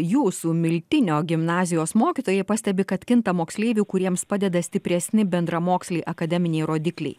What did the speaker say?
jūsų miltinio gimnazijos mokytojai pastebi kad kinta moksleivių kuriems padeda stipresni bendramoksliai akademiniai rodikliai